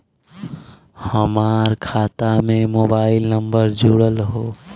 हमार खाता में मोबाइल नम्बर जुड़ल हो?